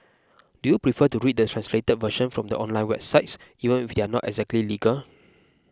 do you prefer to read the translated version from the online websites even if they are not exactly legal